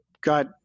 got –